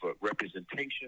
representation